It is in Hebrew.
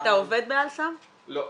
אתה עובד ב"אל סם" היום?